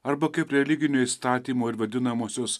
arba kaip religinio įstatymo ir vadinamosios